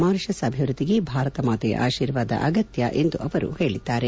Mauritius ಅಭಿವೃದ್ದಿಗೆ ಭಾರತ ಮಾತೆಯ ಆಶೀರ್ವಾದ ಅಗತ್ನ ಎಂದು ಅವರು ಹೇಳಿದರು